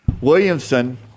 Williamson